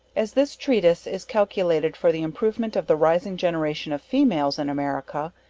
as this treatise is calculated for the improvement of the rising generation of females in america,